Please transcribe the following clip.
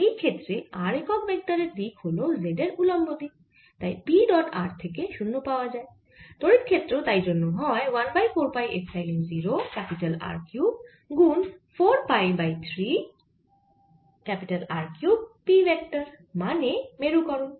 এই ক্ষেত্রে r একক ভেক্টর এর দিক হল z এর উল্লম্ব দিকে তাই p ডট r থেকে 0 পাওয়া যায় তড়িৎ ক্ষেত্র তাই জন্য হয় 1 by 4 pi epsilon 0 R cube গুন ঋণাত্মক 4 pi by 3 R cube P vector মানে মেরুকরণ